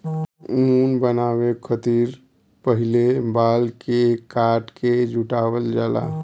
ऊन बनावे खतिर पहिले बाल के काट के जुटावल जाला